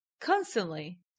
Constantly